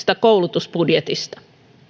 koulutusbudjetista